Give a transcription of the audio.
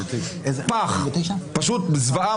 פשוט זוועה,